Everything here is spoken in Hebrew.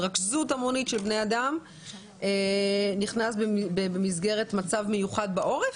התרכזות המונית של בני אדם נכנס במסגרת מצב מיוחד בעורף?